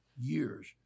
years